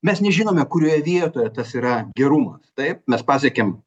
mes nežinome kurioje vietoje tas yra gerumas taip mes pasiekiam